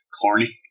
corny